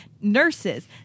nurses